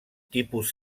tipus